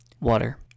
Water